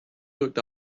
looked